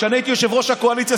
כשאני הייתי יושב-ראש הקואליציה,